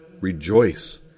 Rejoice